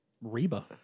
Reba